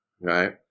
Right